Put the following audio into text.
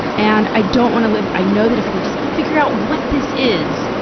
and i don't wanna live i know that if i could just figure out what this is,